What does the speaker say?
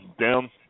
down